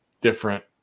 different